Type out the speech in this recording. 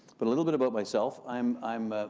but a little bit about myself. i'm i'm